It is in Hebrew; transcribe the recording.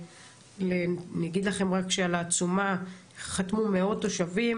אגיד לכם שעל העצומה חתמו מאות תושבים.